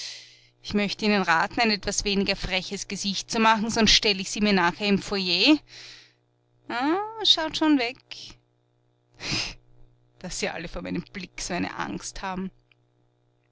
ich möcht ihnen raten ein etwas weniger freches gesicht zu machen sonst stell ich sie mir nachher im foyer schaut schon weg daß sie alle vor meinem blick so eine angst hab'n